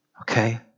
okay